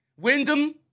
Wyndham